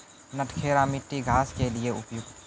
नटखेरा मिट्टी घास के लिए उपयुक्त?